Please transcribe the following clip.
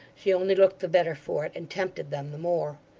she only looked the better for it, and tempted them the more.